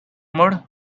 mode